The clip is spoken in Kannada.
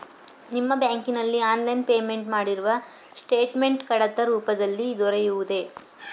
ನಿಮ್ಮ ಬ್ಯಾಂಕಿನಲ್ಲಿ ಆನ್ಲೈನ್ ಪೇಮೆಂಟ್ ಮಾಡಿರುವ ಸ್ಟೇಟ್ಮೆಂಟ್ ಕಡತ ರೂಪದಲ್ಲಿ ದೊರೆಯುವುದೇ?